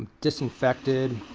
disinfected.